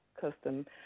custom